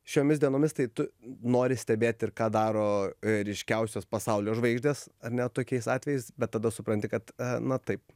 šiomis dienomis tai tu nori stebėt ir ką daro ryškiausios pasaulio žvaigždės ar ne tokiais atvejais bet tada supranti kad na taip